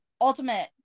ultimate